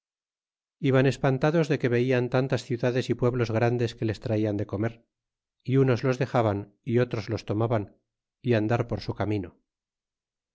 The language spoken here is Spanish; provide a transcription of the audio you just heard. iban espantados de que velan tantas ciudades y pueblos grandes que les traian de comer y unos los dexaban y otros los tomaban y andar por su camino